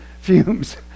fumes